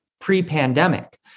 pre-pandemic